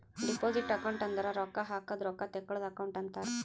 deposit account ಅಂದುರ್ ರೊಕ್ಕಾ ಹಾಕದ್ ರೊಕ್ಕಾ ತೇಕ್ಕೋಳದ್ ಅಕೌಂಟ್ ಅಂತಾರ್